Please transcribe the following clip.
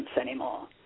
anymore